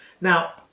Now